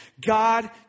God